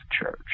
church